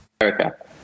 America